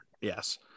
yes